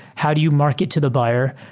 how do you market to the buyer?